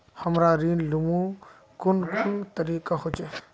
हमरा ऋण लुमू कुन कुन तरीका होचे?